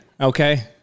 okay